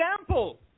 example